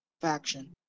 faction